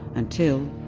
until,